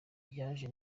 nanjye